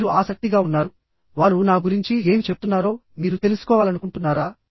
మీరు ఆసక్తిగా ఉన్నారు వారు నా గురించి ఏమి చెప్తున్నారో మీరు తెలుసుకోవాలనుకుంటున్నారా